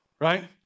right